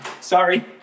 sorry